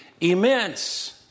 immense